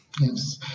Yes